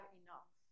enough